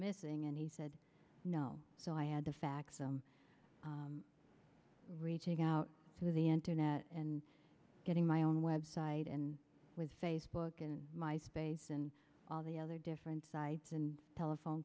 missing and he said no so i had to fax i'm reaching out through the internet and getting my own website and with facebook and my space and all the other different sites and telephone